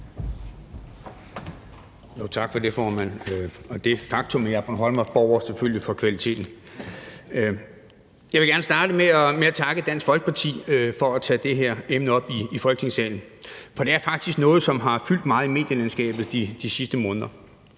Tak for det, formand. Og det faktum, at jeg er bornholmer, borger selvfølgelig for kvaliteten. Jeg vil gerne starte med at takke Dansk Folkeparti for at tage det her emne op i Folketingssalen, for det er faktisk noget, som har fyldt meget i medielandskabet de sidste måneder.